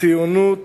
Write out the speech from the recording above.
ציונות